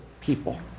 people